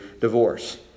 divorce